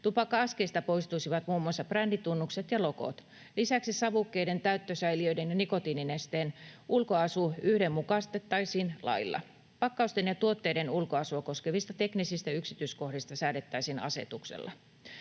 Tupakka-askeista poistui-sivat muun muassa bränditunnukset ja logot. Lisäksi savukkeiden täyttösäiliöiden ja nikotiininesteen ulkoasu yhdenmukaistettaisiin lailla. Pakkausten ja tuotteiden ulkoasua koskevista teknisistä yksityiskohdista säädettäisiin asetuksella.